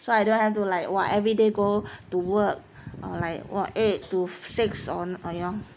so I don't have to like !wah! everyday go to work or like what eight to six or you know